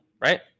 Right